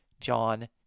John